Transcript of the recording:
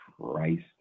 Christ